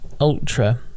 Ultra